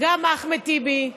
גם של אחמד טיבי,